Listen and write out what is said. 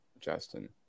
Justin